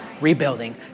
rebuilding